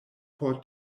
por